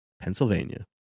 pennsylvania